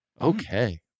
Okay